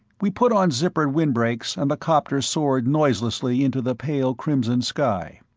we put on zippered windbreaks and the copter soared noiselessly into the pale crimson sky.